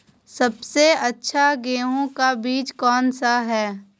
सबसे अच्छा गेहूँ का बीज कौन सा है?